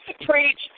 preach